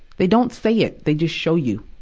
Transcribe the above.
they don't say it they just show you.